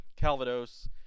Calvados